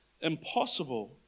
impossible